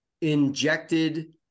injected